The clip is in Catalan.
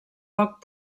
poc